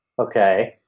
okay